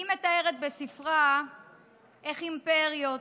היא מתארת בספרה איך אימפריות,